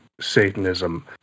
Satanism